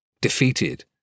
defeated